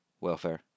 welfare